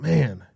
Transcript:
Man